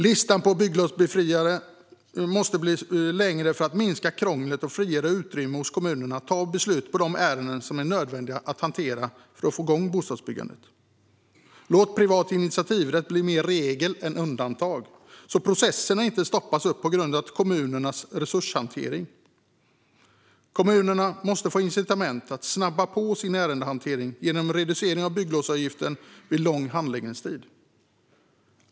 Listan på bygglovsbefriade åtgärder måste bli längre för att minska krånglet och frigöra utrymme hos kommunerna att fatta beslut i de ärenden som det är nödvändigt att hantera för att få igång bostadsbyggandet. Låt privat initiativrätt bli mer regel än undantag så att processerna inte stoppas upp på grund av kommunernas resurshantering! Kommunerna måste få incitament att snabba på sin ärendehantering genom reducering av bygglovsavgiften vid lång handläggningstid.